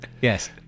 Yes